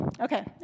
Okay